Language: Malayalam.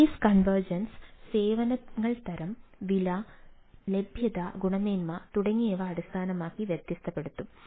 സേവനങ്ങൾ തരം വില ലഭ്യത ഗുണമേന്മ എന്നിവയെ അടിസ്ഥാനമാക്കി വ്യത്യാസപ്പെടുത്തും